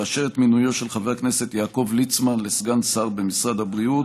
לאשר את מינויו של חבר הכנסת יעקב ליצמן לסגן שר במשרד הבריאות.